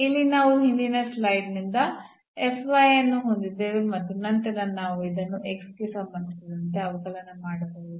ಇಲ್ಲಿ ನಾವು ಹಿಂದಿನ ಸ್ಲೈಡ್ನಿಂದ ಅನ್ನು ಹೊಂದಿದ್ದೇವೆ ಮತ್ತು ನಂತರ ನಾವು ಇದನ್ನು ಗೆ ಸಂಬಂಧಿಸಿದಂತೆ ಅವಕಲನ ಮಾಡಬಹುದು